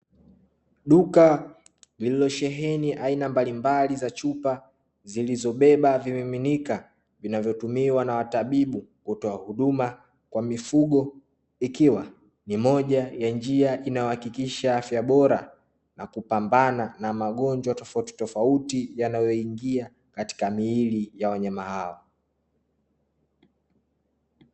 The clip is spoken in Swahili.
Duka lililosheheni aina mbalimbali za chupa zilizobeba vimiminika vinavotumiwa na watabibu kutoa huduma kwa mifugo, ikiwa ni moja ya njia inayohakikisha afya bora na kupambana na magonjwa tofautitofauti yanayoingia katika miili ya wanyama hawa.